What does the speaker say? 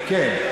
תקשיב רגע.